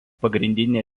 pagrindinė